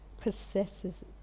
possesses